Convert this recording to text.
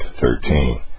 thirteen